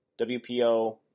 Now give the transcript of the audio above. WPO